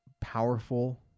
powerful